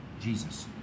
Jesus